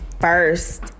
first